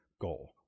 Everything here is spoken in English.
goal